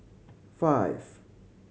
five